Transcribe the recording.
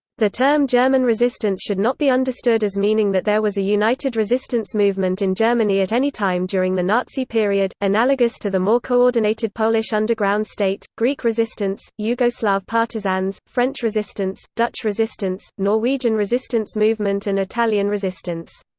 the term german resistance should not be understood as meaning that there was a united resistance movement in germany at any time during the nazi period, analogous to the more coordinated polish underground state, greek resistance, yugoslav partisans, french resistance, dutch resistance, norwegian resistance movement and italian resistance.